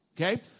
Okay